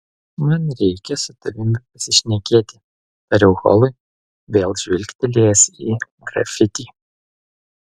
man reikia su tavimi pasišnekėti tariau holui vėl žvilgtelėjęs į grafitį